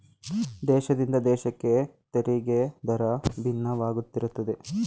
ದೇಶದಿಂದ ದೇಶಕ್ಕೆ ತೆರಿಗೆ ದರ ಭಿನ್ನವಾಗಿರುತ್ತದೆ